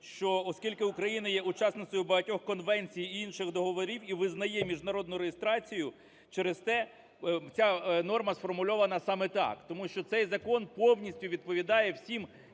що оскільки Україна є учасницею багатьох конвенцій і інших договорів і визнає міжнародну реєстрацію, через те ця норма сформульована саме так. Тому що цей закон повністю відповідає всім